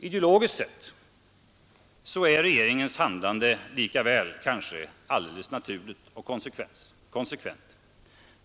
Ideologiskt sett är regeringens handlande likväl logiskt och konsekvent.